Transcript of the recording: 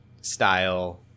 style